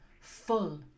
full